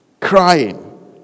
Crying